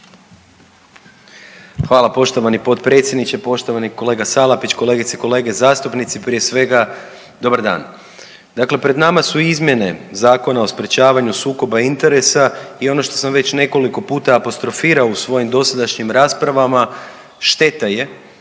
Hvala poštovani potpredsjedniče, poštovani kolega Salapić, kolegice i kolege zastupnici prije svega dobar dan. Dakle, pred nama su izmjene Zakona o sprječavanju sukoba interesa i ono što sam već nekoliko puta apostrofirao u svojim dosadašnjim raspravama šteta je